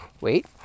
Wait